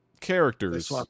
characters